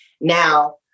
now